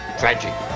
tragic